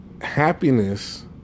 happiness